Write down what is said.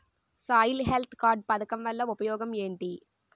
Soil health card పథకం వల్ల ఉపయోగం ఏంటి?